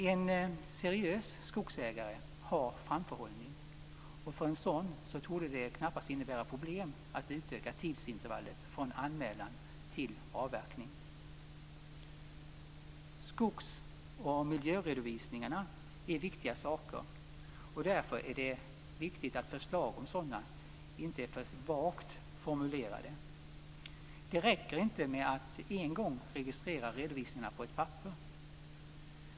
En seriös skogsägare har framförhållning och för en sådan torde det knappast innebära problem att utöka tidsintervallet från anmälan till avverkning. Skogs och miljöredovisningarna är viktiga saker och därför är det viktigt att förslag om sådana inte är för vagt formulerade. Det räcker inte med att en gång registrera redovisningarna på ett papper.